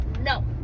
no